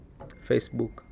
Facebook